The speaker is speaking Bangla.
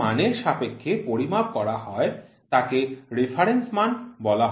যে মানের সাপেক্ষে পরিমাপ করা হয় তাকে রেফারেন্স মান বলা হয়